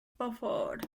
preferred